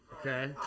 Okay